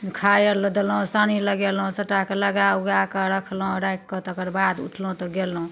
खाय आर लऽ देलहुँ सानी लगेलहुँ सबटाके लगा उगा कऽ रखलहुँ राखि कऽ तकर बाद उठलहुँ तऽ गेलहुँ